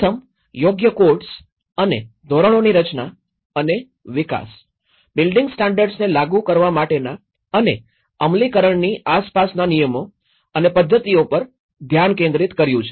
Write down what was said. પ્રથમ યોગ્ય કોડ્સ અને ધોરણોની રચના અને વિકાસ બિલ્ડિંગ સ્ટાન્ડર્ડને લાગુ કરવા માટેના અને અમલીકરણની આસપાસના નિયમો અને પદ્ધતિઓ પર ધ્યાન કેન્દ્રિત કર્યું છે